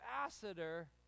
ambassador